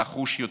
נחוש יותר.